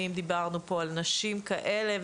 ואם דיברנו פה על נשים כאלה,